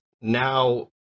now